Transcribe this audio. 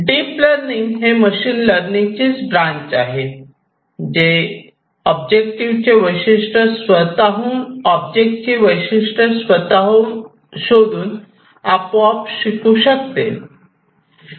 deep learning हे machine लर्निंगचेच्या branch आहे जे ऑब्जेक्टची वैशिष्ट्ये स्वतःच शोधून आपोआप शिकू शकते